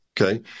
Okay